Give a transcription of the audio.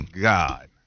God